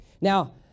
Now